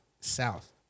South